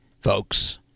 folks